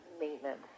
maintenance